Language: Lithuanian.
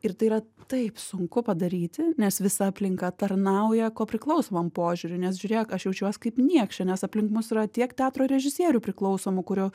ir tai yra taip sunku padaryti nes visa aplinka tarnauja kopriklausomam požiūriui nes žiūrėk aš jaučiuos kaip niekšė nes aplink mus yra tiek teatro režisierių priklausomų kurių